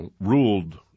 ruled